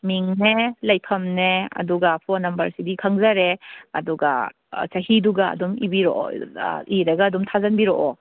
ꯃꯤꯡꯅꯦ ꯂꯩꯐꯝꯅꯦ ꯑꯗꯨꯒ ꯐꯣꯟ ꯅꯝꯕꯔꯁꯤꯗꯤ ꯈꯪꯖꯔꯦ ꯑꯗꯨꯒ ꯆꯍꯤꯗꯨꯒ ꯑꯗꯨꯝ ꯏꯕꯤꯔꯛꯑꯣ ꯏꯔꯒ ꯑꯗꯨꯝ ꯊꯥꯖꯟꯕꯤꯔꯛꯑꯣ